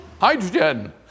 Hydrogen